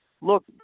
look